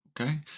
Okay